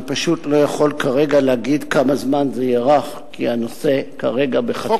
אני פשוט לא יכול כרגע להגיד כמה זמן זה יארך כי הנושא כרגע בחקירה.